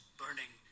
burning